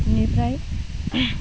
इनिफ्राय